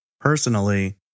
Personally